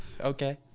Okay